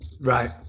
Right